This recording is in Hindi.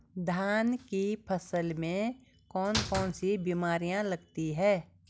धान की फसल में कौन कौन सी बीमारियां लगती हैं?